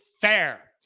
fair